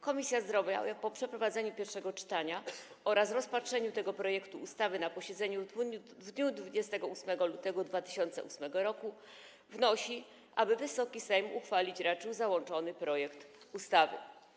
Komisja Zdrowia po przeprowadzeniu pierwszego czytania oraz rozpatrzeniu tego projektu ustawy na posiedzeniu w dniu 28 lutego 2018 r. wnosi, aby Wysoki Sejm uchwalić raczył załączony projekt ustawy.